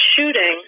shooting